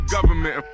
Government